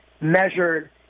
measured